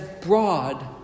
broad